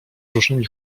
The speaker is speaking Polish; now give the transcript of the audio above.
różnymi